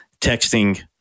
texting